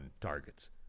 targets